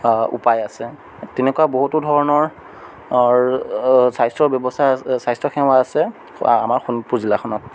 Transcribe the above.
উপায় আছে তেনেকুৱা বহুতো ধৰণৰ স্বাস্থ্যৰ ব্যৱস্থা স্বাস্থ্যসেৱা আছে আমাৰ শোণিতপুৰ জিলাখনত